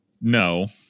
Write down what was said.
No